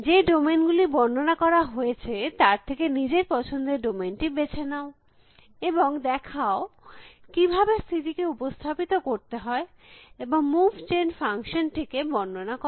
যে ডোমেইন গুলির বর্ণনা করা হয়েছে তার থেকে নিজের পছেন্দের ডোমেইন টি বেছে নাও এবং দেখাও কিভাবে স্থিতিকে উপস্থাপিত করতে হয় এবং মুভ জেন ফাংশন টিকে টিকে বর্ণনা কর